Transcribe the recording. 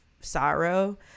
sorrow